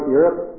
Europe